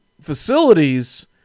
facilities